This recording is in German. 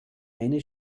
eine